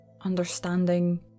understanding